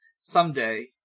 someday